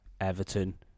Everton